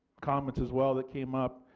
comments as well that came up.